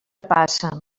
passa